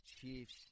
Chiefs